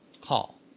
call